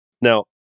Now